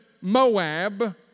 Moab